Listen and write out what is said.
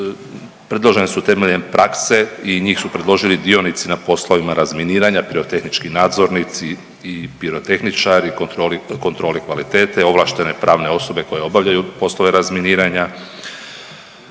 predložene su temeljem prakse i njih su predložili dionici na poslovima razminiranja, pirotehnički nadzornici i pirotehničari, kontroli kvalitete, ovlaštene pravne osobe koje obavljaju poslove razminiranja,